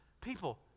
People